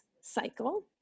cycle